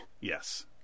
Yes